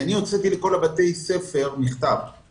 כי אני הוצאתי מכתב לכל בתי הספר שלא